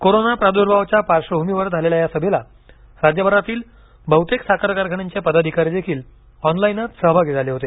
corona प्रादूर्भावाच्या पार्श्वभूमीवर झालेल्या या सभेला राज्यभरातील बहुतेक साखर कारखान्यांचे पदाधिकारी देखील ऑनलाइनच सहभागी झाले होते